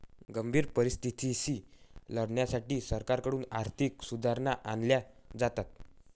गंभीर परिस्थितीशी लढण्यासाठी सरकारकडून आर्थिक सुधारणा आणल्या जातात